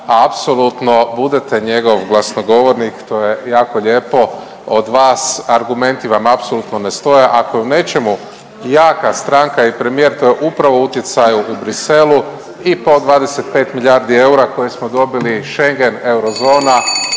da apsolutno budete njegov glasnogovornik to je jako lijepo od vas. Argumenti vam apsolutno ne stoje. Ako je u nečemu jaka stranka i premijer to je upravo utjecaj u Bruxellesu i po 25 milijardi eura koje smo dobili Schengen, eurozona,